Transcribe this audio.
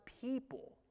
people